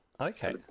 Okay